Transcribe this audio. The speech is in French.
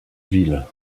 ville